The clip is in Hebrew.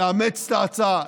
לאמץ את ההצעה.